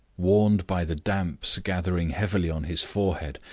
warned by the damps gathering heavily on his forehead,